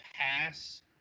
pass